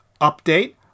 update